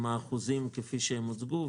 עם האחוזים כפי שהוצגו.